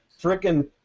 freaking